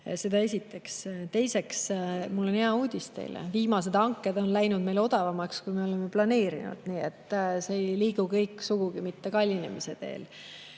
Seda esiteks. Teiseks, mul on teile hea uudis: viimased hanked on läinud odavamaks, kui me oleme planeerinud. Nii et see ei liigu kõik sugugi mitte kallinemise teel.